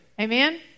Amen